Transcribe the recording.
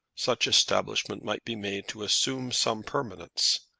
such establishment might be made to assume some permanence.